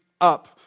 up